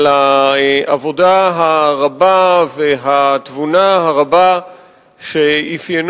על העבודה הרבה ועל התבונה הרבה שאפיינו